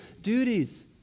duties